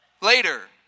later